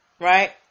Right